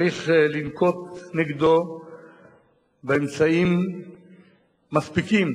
צריך לנקוט נגדו אמצעים מספיקים,